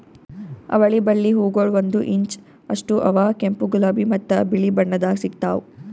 ಅವಳಿ ಬಳ್ಳಿ ಹೂಗೊಳ್ ಒಂದು ಇಂಚ್ ಅಷ್ಟು ಅವಾ ಕೆಂಪು, ಗುಲಾಬಿ ಮತ್ತ ಬಿಳಿ ಬಣ್ಣದಾಗ್ ಸಿಗ್ತಾವ್